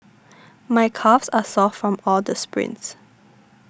my calves are sore from all the sprints